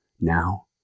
Now